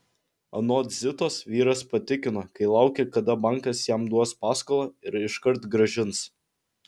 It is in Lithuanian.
anot zitos vyras patikino kai laukia kada bankas jam duos paskolą ir iškart grąžins